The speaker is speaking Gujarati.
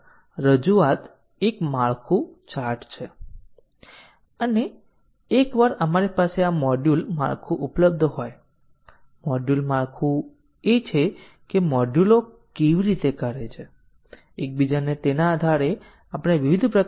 હવે ચાલો આપણે આ સ્ટેટમેન્ટો જોઈએ જ્યાં આપણી પાસે સ્ટેટમેન્ટ B1 નો બ્લોક છે જે વેરિયેબલ a ને વ્યાખ્યાયિત કરે છે અને પછી કેટલીક શરતો છે જે અન્ય વેરિયેબલનો ઉપયોગ કરે છે